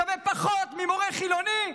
שווה פחות ממורה חילוני?